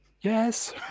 yes